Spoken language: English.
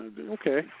Okay